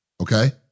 Okay